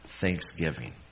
thanksgiving